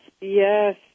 yes